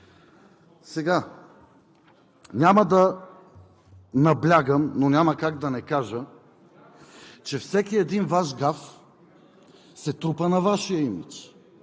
време. Няма да наблягам, но няма как да не кажа, че всеки един Ваш гаф се трупа на Вашия имидж